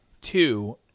two